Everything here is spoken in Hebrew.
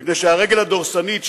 מפני שהרגל הדורסנית,